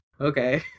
okay